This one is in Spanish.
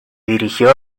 dirigió